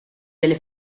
delle